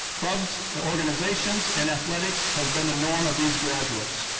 clubs and organizations and athletics has been the norm of these graduates.